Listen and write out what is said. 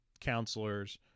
counselors